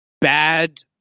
bad